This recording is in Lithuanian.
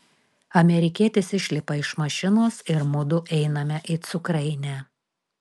amerikietis išlipa iš mašinos ir mudu einame į cukrainę